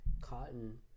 Cotton